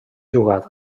jugat